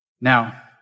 Now